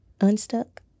unstuck